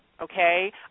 okay